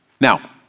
Now